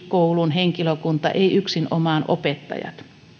koulun henkilökunta ei yksinomaan opettajat